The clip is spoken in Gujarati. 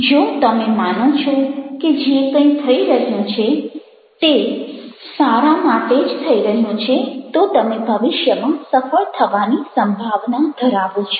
જો તમે માનો છો કે જે કંઈ થઈ રહ્યું છે તે સારા માટે જ થઈ રહ્યું છે તો તમે ભવિષ્યમાં સફળ થવાની સંભાવના ધરાવો છો